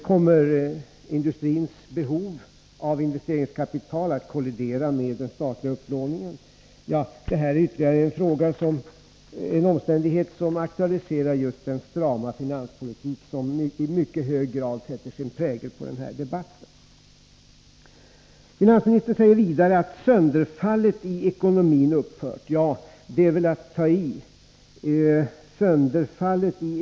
Kommer industrins behov av investeringskapital att kollidera med den statliga upplåningen? Det är ytterligare en omständighet som aktualiserar den strama finanspolitik som i mycket hög grad sätter sin prägel på den här debatten. Finansministern säger vidare att sönderfallet i ekonomin har upphört. Men det är väl att ta i.